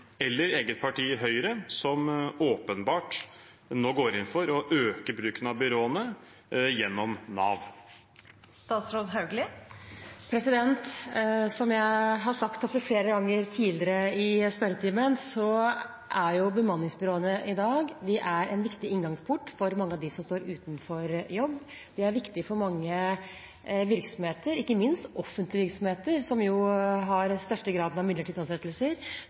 eller eget parti, Høyre, som nå åpenbart går inn for å øke bruken av byråene gjennom Nav? Som jeg har sagt opptil flere ganger tidligere i spørretimen, er bemanningsbyråene i dag en viktig inngangsport for mange av dem som står uten jobb. De er viktige for mange virksomheter, ikke minst offentlige virksomheter – som jo har den største graden av midlertidige ansettelser